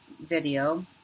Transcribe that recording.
video